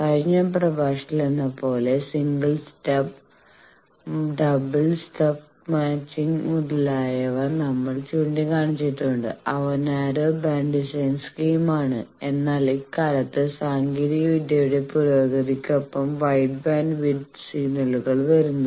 കഴിഞ്ഞപ്രഭാഷണത്തിലെന്നപോലെ single stub double stub matching മുതലായവ നമ്മൾ ചൂണ്ടിക്കാണിച്ചിട്ടുണ്ട് അവ നാരോ ബാൻഡ് ഡിസൈൻ സ്കീമാണ് എന്നാൽ ഇക്കാലത്ത് സാങ്കേതികവിദ്യയുടെ പുരോഗതിക്കൊപ്പം വൈഡ് ബാൻഡ് വിഡ്ത് സിഗ്നലുകൾ വരുന്നു